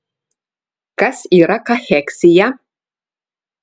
kas yra kacheksija